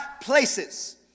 places